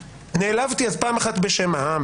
נעלבתי פעם אחת בשם העם,